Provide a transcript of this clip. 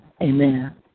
Amen